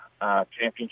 championship